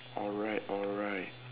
alright alright